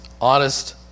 honest